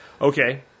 Okay